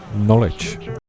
Knowledge